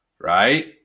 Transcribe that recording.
right